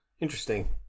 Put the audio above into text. Interesting